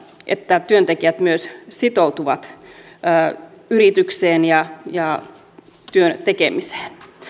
että työntekijät myös sitoutuvat yritykseen ja ja työn tekemiseen